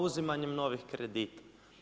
Uzimanjem novih kredita.